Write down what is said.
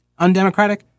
undemocratic